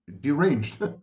deranged